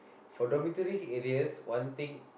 for dormitory areas one thing